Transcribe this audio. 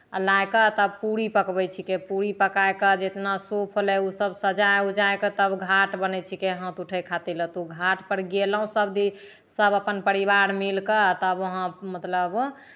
आ लाए कऽ तब पूड़ी पकबै छिकै पूड़ी पकाए कऽ जेतना सूप होलै ओसभ सजा उजा कऽ तब घाट बनै छिकै हाथ उठै खातिर लए तऽ तब घाटपर गयलहुँ सभदिन सभ अपन परिवार मिलि कऽ तब ओहाँ मतलब